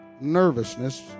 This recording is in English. nervousness